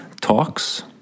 talks